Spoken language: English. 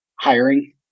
hiring